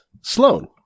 Sloan